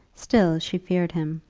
still she feared him.